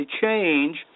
change